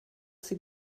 sie